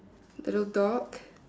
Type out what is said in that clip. there's a dog